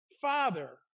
Father